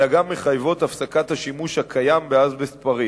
אלא גם מחייבות הפסקת השימוש הקיים באזבסט פריך.